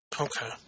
Okay